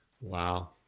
Wow